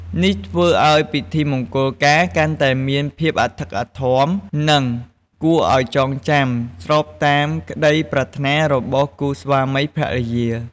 នេះធ្វើឲ្យពិធីមង្គលការកាន់តែមានភាពអធិកអធម និងគួរឲ្យចងចាំ ស្របតាមក្តីប្រាថ្នារបស់គូស្វាមីភរិយា។